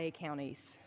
counties